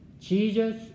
Jesus